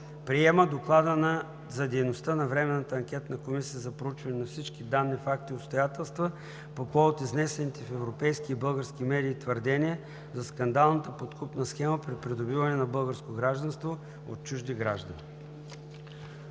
Приема Доклада за дейността на Временната анкетна комисия за проучване на всички данни, факти и обстоятелства по повод изнесените в европейски и български медии твърдения за скандалната подкупна схема при придобиване на българско гражданство от чужди граждани.“